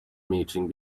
meeting